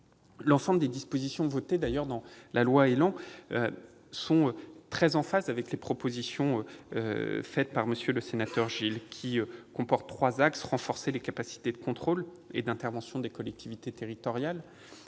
l'ensemble des dispositions de la loi ÉLAN sont très en phase avec la proposition de M. le sénateur Gilles, qui comporte trois axes : renforcer les capacités de contrôle et d'intervention des collectivités territoriales,